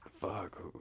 fuck